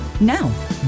Now